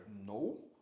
No